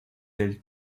del